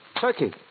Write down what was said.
Turkey